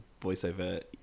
voiceover